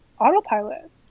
autopilot